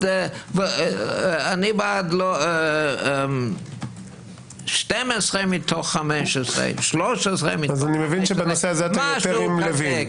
אני בעד 12 מתוך 15, 13 מתוך 15, משהו כזה.